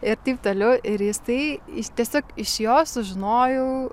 ir taip toliau ir jisai tiesiog iš jo sužinojau